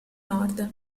nord